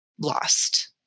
lost